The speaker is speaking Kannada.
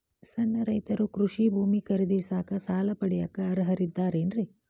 ಸಣ್ಣ ರೈತರು ಕೃಷಿ ಭೂಮಿ ಖರೇದಿಸಾಕ, ಸಾಲ ಪಡಿಯಾಕ ಅರ್ಹರಿದ್ದಾರೇನ್ರಿ?